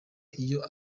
iyo